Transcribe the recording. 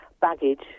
baggage